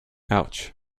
ouch